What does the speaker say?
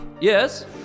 Yes